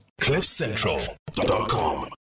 Cliffcentral.com